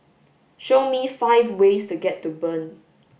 show me five ways to get to Bern